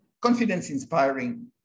confidence-inspiring